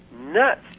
nuts